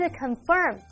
confirm